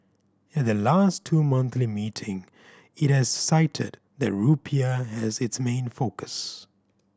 at the last two monthly meeting it has cited the rupiah as its main focus